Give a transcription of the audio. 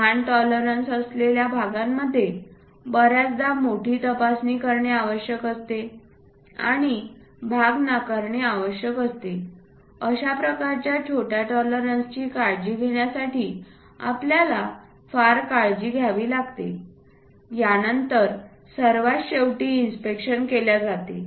लहान टॉलरन्स असलेल्या भागांमध्ये बर्याचदा मोठी तपासणी करणे आवश्यक असते आणि भाग नाकारणे आवश्यक असते अशा प्रकारच्या छोट्या टॉलरन्सची काळजी घेण्यासाठी आपल्याला फार काळजी घ्यावी लागते यानंतर सर्वात शेवटी इन्स्पेक्शन केल्या जाते